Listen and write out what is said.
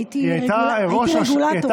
הייתי רגולטורית.